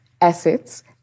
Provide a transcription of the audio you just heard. assets